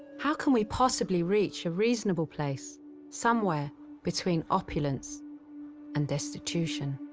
how can we possibly reach a reasonable place somewhere between opulence and destitution.